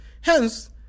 Hence